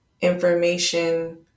information